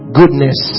goodness